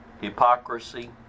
hypocrisy